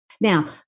Now